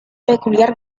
peculiar